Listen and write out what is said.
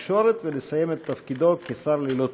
התקשורת ולסיים את תפקידו כשר ללא תיק.